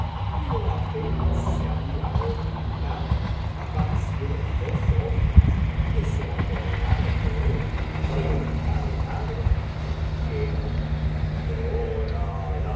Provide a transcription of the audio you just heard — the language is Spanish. noches y una noche tado aparecieron dos hombres que se apoderaren de él le encadenaron y dijeron loor